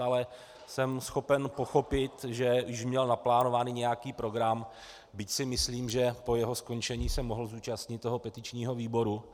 Ale jsem schopen pochopit, že již měl naplánovaný nějaký program, byť si myslím, že po jeho skončení se mohl zúčastnit petičního výboru.